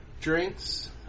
drinks